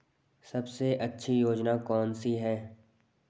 सबसे अच्छी योजना कोनसी है?